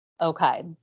okay